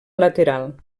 lateral